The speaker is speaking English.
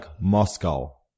Moscow